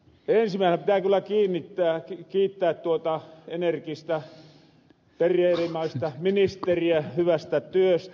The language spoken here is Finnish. ensimmäisenä pitää kyllä kiittää tuota enerkistä terrierimäistä ministeriä hyvästä työstä